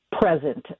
present